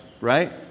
right